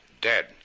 dead